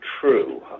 true